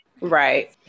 Right